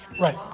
Right